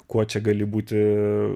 kuo čia gali būti